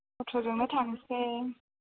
अट'जोंनो थांसै